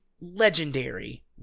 legendary